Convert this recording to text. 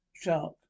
Shark